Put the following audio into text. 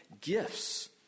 Gifts